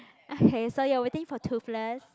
okay so you are waiting for Toothless